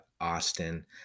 Austin